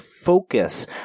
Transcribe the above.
focus